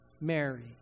Mary